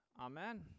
Amen